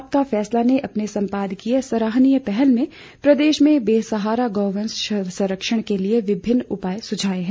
आपका फैसला ने अपने संपादकीय सराहनीय पहल में प्रदेश में बेसहारा गौवंश संरक्षण के लिए विभिन्न उपाय सुझाए हैं